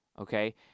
Okay